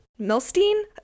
Milstein